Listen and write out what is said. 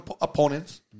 opponents